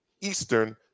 Eastern